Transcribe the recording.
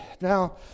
Now